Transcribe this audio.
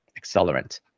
accelerant